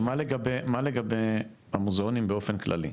עכשיו, מה לגבי המוזיאונים באופן כללי?